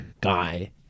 guy